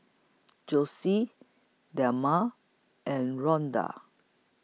Josef Delma and Rondal